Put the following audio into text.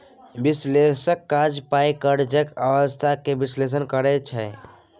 बिश्लेषकक काज पाइ कौरीक अबस्था केँ बिश्लेषण करब छै